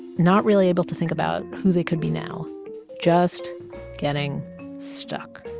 not really able to think about who they could be now just getting stuck